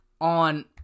on